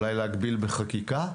אולי להגביל בחקיקה,